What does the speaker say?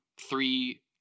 three